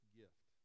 gift